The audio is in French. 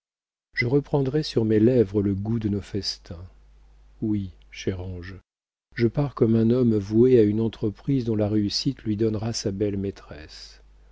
je reprendrai sur mes lèvres le goût de nos festins oui chère ange je pars comme un homme voué à une entreprise dont la réussite lui donnera sa belle maîtresse